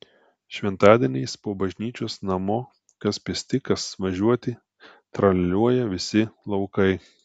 šventadieniais po bažnyčios namo kas pėsti kas važiuoti tralialiuoja visi laukai